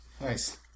Nice